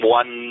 one